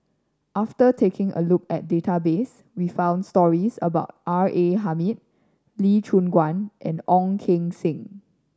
after taking a look at database we found stories about R A Hamid Lee Choon Guan and Ong Keng Sen